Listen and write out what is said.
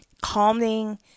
calming